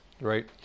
right